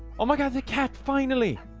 oh my god the cat finally